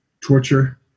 torture